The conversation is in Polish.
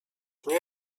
nie